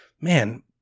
man